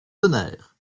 d’honneur